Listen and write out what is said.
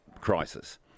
crisis